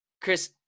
Chris